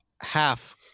half